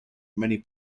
many